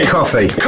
Coffee